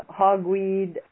hogweed